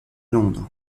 londres